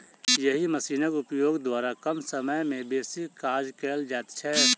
एहि मशीनक उपयोग द्वारा कम समय मे बेसी काज कयल जाइत छै